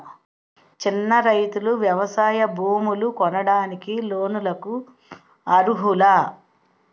చిన్న రైతులు వ్యవసాయ భూములు కొనడానికి లోన్ లకు అర్హులా?